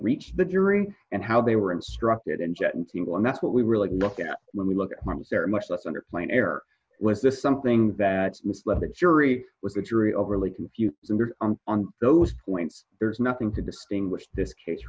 reached the jury and how they were instructed and jet and single and that's what we really look at when we look at what was there much less under plane air was this something that misled the jury was the jury overly confused on those points there's nothing to distinguish this case